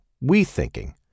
we-thinking